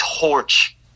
torch